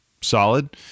solid